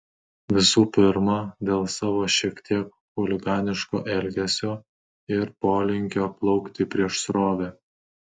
visų pirma dėl savo šiek tiek chuliganiško elgesio ir polinkio plaukti prieš srovę